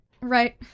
Right